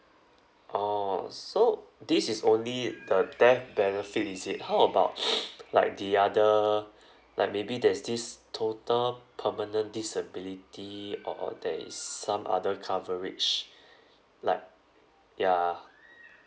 orh so this is only the death benefit is it how about like the other like maybe there's this total permanent disability or there is some other coverage like ya